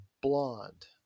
Blonde